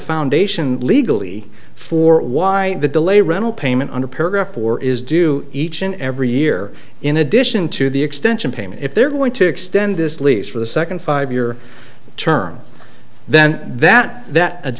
foundation legally for why the delay rental payment under paragraph or is due each and every year in addition to the extension payment if they're going to extend this lease for the second five year term then that that